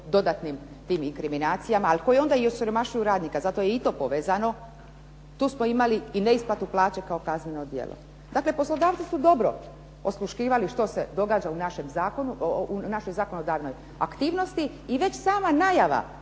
dodatnim tim inkriminacijama, ali koje onda i osiromašuju radnika zato je i to povezano. Tu smo imali i neisplatu plaća kao kazneno djelo. Dakle, poslodavci su dobro osluškivali što se događa u našem zakonu, u našoj zakonodavnoj aktivnosti i već sama najava